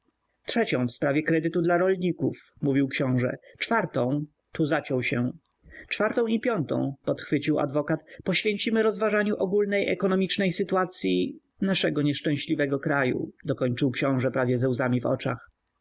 trzecią w sprawie kredytu dla rolników mówił książe czwartą tu zaciął się czwartą i piątą pochwycił adwokat poświęcimy rozważaniu ogólnej ekonomicznej sytuacyi naszego nieszczęśliwego kraju dokończył książe prawie ze łzami w oczach